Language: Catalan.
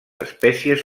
espècies